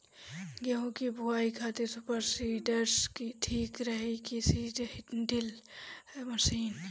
गेहूँ की बोआई खातिर सुपर सीडर ठीक रही की सीड ड्रिल मशीन?